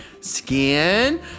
skin